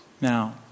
Now